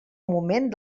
moment